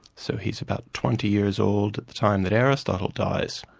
so he's about twenty years old at the time that aristotle dies.